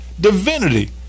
Divinity